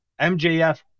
MJF